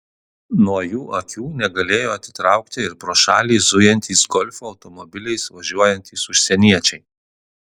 nuo jų akių negalėjo atitraukti ir pro šalį zujantys golfo automobiliais važiuojantys užsieniečiai